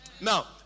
Now